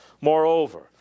Moreover